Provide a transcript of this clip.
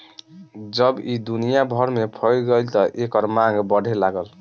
जब ई दुनिया भर में फइल गईल त एकर मांग बढ़े लागल